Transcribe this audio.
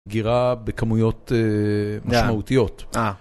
הגירה בכמויות משמעותיות.